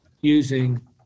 using